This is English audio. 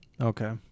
Okay